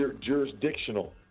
jurisdictional